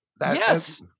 Yes